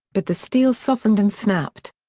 but the steel softened and snapped.